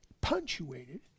punctuated